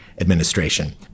administration